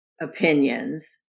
opinions